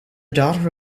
daughter